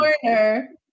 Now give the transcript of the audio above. corner